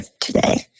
today